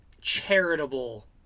charitable